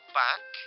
back